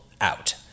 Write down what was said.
out